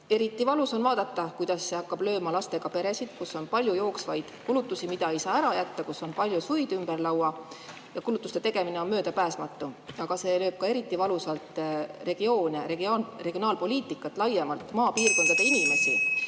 Eriti valus on vaadata, kuidas see hakkab lööma lastega peresid, kellel on palju jooksvaid kulutusi, mida ei saa ära jätta, kellel on palju suid ümber laua ja kulutuste tegemine on möödapääsmatu. See lööb ka eriti valusalt regioone, regionaalpoliitikat laiemalt, maapiirkondade inimesi.